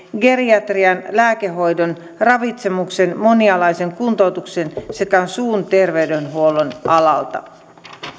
geriat rian lääkehoidon ravitsemuksen monialaisen kuntoutuksen sekä suun terveydenhuollon alalta